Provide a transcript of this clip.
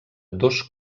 dos